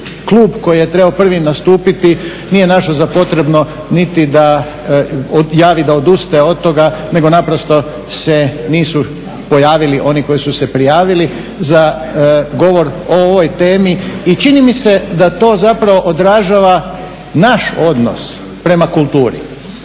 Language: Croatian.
klub koji je trebao prvi nastupiti nije našao za potrebno niti da javi da odustaje od toga nego naprosto se nisu pojavili oni koji su se prijavili za govor o ovoj temi i čini mi se da to zapravo odražava naš odnos prema kulturi.